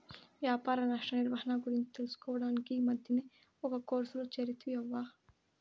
వ్యాపార నష్ట నిర్వహణ గురించి తెలుసుకోడానికి ఈ మద్దినే ఒక కోర్సులో చేరితిని అవ్వా